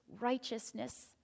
righteousness